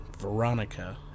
Veronica